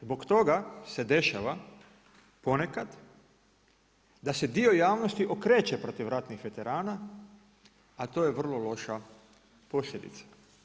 Zbog toga se dešava ponekad da se dio javnosti okreće protiv ratnih veterana, a to je vrlo loša posljedica.